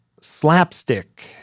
slapstick